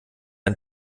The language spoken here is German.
ein